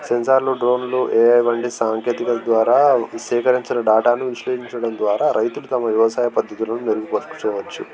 సెన్సార్లు డ్రోన్లు ఏ వంటి సాంకేతికత ద్వారా సేకరించిన డేటాను విశ్లేషించడం ద్వారా రైతులు తమ వ్యవసాయ పద్ధతులను మెరుగుపరుచుకోవచ్చు